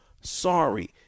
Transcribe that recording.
sorry